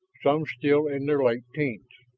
some still in their late teens.